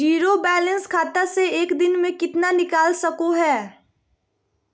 Zero balance खाता से एक दिन में कितना निकाल सको है?